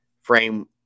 frame